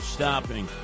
stopping